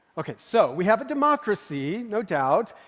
okay, so we have a democracy, no doubt,